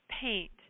paint